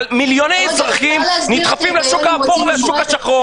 מיליוני אזרחים נדחפים לשוק השחור ולשוק האפור,